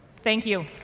thank you.